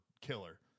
killer